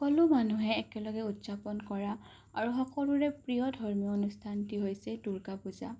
সকলো মানুহে একেলগে উদযাপন কৰা আৰু সকলোৰে প্ৰিয় ধৰ্মীয় অনুষ্ঠানটি হৈছে দুৰ্গা পূজা